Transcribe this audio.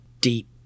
deep